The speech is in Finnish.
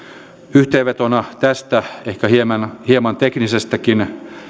yhteenvetona tästä ehkä hieman hieman teknisestäkin